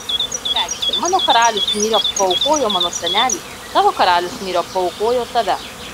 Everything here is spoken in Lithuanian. kunigaikšti mano karalius myriop paaukojo mano senelį tavo karalius myriop paaukojo tave